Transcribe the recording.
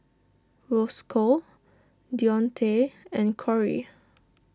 Roscoe Deonte and Corey